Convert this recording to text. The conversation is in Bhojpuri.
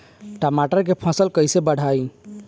टमाटर के फ़सल कैसे बढ़ाई?